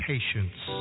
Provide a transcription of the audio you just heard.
patience